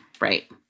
right